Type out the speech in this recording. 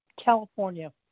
California